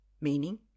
meaning